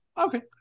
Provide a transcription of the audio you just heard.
Okay